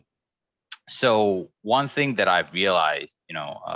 so one thing that i've realized, you know,